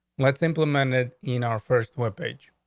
let's implemented in our first web page.